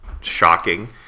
shocking